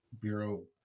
Bureau